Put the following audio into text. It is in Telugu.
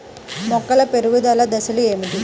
మొక్కల పెరుగుదల దశలు ఏమిటి?